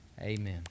amen